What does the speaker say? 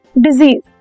disease